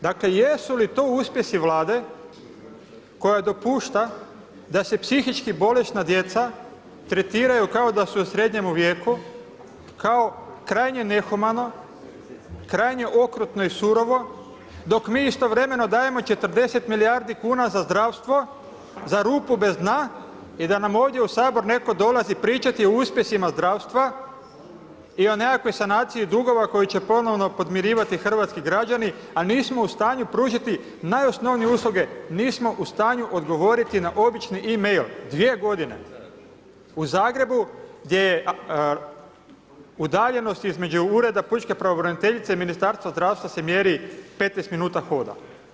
Dakle, jesu li to uspjesi Vlade koja dopušta da se psihički bolesna djeca tretiraju kao da su u srednjemu vijeku, kao krajnje nehumano, krajnje okrutno i surovo dok mi istovremeno dajemo 40 milijardi kn za zdravstvo, za rupu bez dna i da nam ovdje u Sabor netko dolazi pričati o uspjesima zdravstva i o nekakvoj sanaciji dugova koja će ponovno podmirivati hrvatski građani a nismo u stanu pružiti najosnovnije usluge, nismo u stanju odgovoriti na obični e-mail 2 g. U Zagrebu gdje udaljenost između Ureda pučke pravobraniteljice i Ministarstva zdravstva se mjeri 15 min hoda.